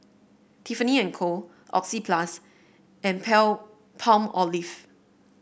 Tiffany And Co Oxyplus and Palmolive